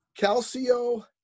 Calcio